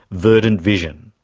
verdant vision.